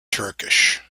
turkish